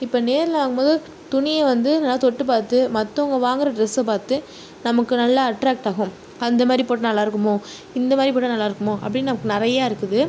இப்போ நேரில் வாங்கும் போது துணியை வந்து நல்லா தொட்டு பார்த்து மற்றவங்க வாங்கற ட்ரெஸ்ஸை பார்த்து நமக்கு நல்ல அட்ராக்ட் ஆகும் அந்த மாதிரி போட்டால் நல்லா இருக்குமோ இந்த மாதிரி போட்டால் நல்லா இருக்குமோ அப்படின்னு நமக்கு நிறைய இருக்குது